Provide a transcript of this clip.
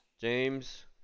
James